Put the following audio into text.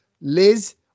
Liz